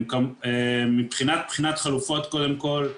מבחינת חלופות קודם כל,